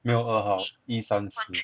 没有二号一三四